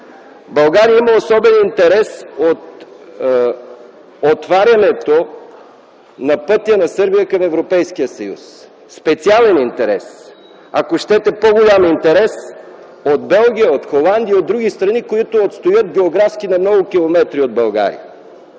България има особен интерес от отварянето на пътя на Сърбия към Европейския съюз, специален интерес, ако щете - по-голям интерес от Белгия, от Холандия, от други страни, които отстоят географски на много километри от България.